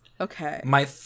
okay